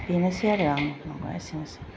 बेनोसै आरो आं माबा एसेनोसै